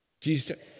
Jesus